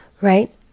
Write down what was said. right